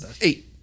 Eight